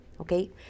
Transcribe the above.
okay